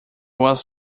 was